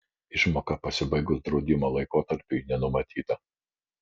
išmoka pasibaigus draudimo laikotarpiui nenumatyta